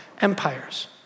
empires